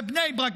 בבני ברק,